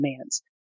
demands